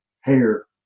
hair